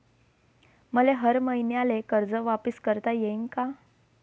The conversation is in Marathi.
मले हर मईन्याले कर्ज वापिस करता येईन का?